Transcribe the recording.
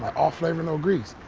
all flavor no grease.